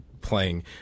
playing